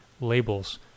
labels